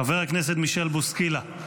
חבר הכנסת מישל בוסקילה,